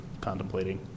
contemplating